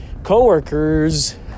co-worker's